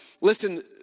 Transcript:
listen